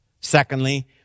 Secondly